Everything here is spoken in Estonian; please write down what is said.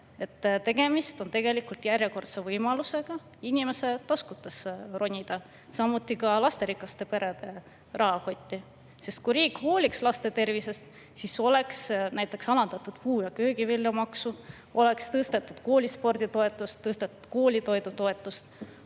tegemist on järjekordse võimalusega inimese taskutesse ronida, samuti lasterikaste perede rahakotti. Kui riik hooliks laste tervisest, siis oleks näiteks alandatud puu‑ ja köögivilja käibemaksu, oleks tõstetud koolispordi toetust, tõstetud koolitoidu toetust.